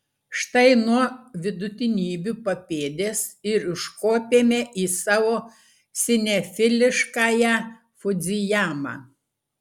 štai nuo vidutinybių papėdės ir užkopėme į savo sinefiliškąją fudzijamą